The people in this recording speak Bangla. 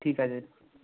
ঠিক আছে